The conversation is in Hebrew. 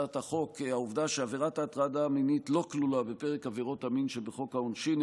העובדה שעבירת ההטרדה המינית לא כלולה בפרק עבירות המין שבחוק העונשין,